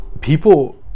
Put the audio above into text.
People